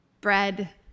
bread